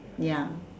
ya